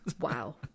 Wow